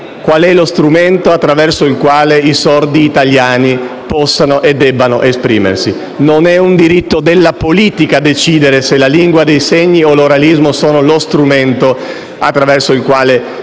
quale sia lo strumento attraverso il quale i sordi italiani possano e debbano esprimersi. Non è un diritto della politica decidere se la lingua dei segni o l'oralismo siano lo strumento attraverso il quale